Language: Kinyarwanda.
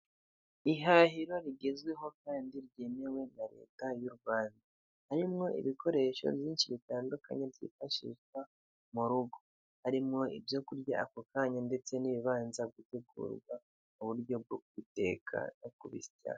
Ihahira rigezweho kandi ryemewe na leta y'u Rwanda, harimo ibikoresho byinshi bitandukanye byifashishwa mu rugo, harimo ibyo kurya ako kanya ndetse n'ibibanza gutegurwa mu buryo bwo guteka no kubisya.